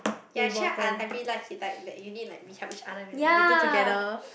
ya actually I I really like it hit like that uni like we help each other and then we do together